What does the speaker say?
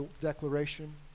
declaration